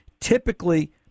Typically